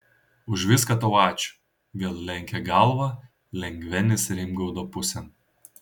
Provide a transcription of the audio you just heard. už viską tau ačiū vėl lenkė galvą lengvenis rimgaudo pusėn